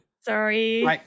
sorry